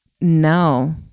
No